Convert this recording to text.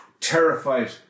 terrified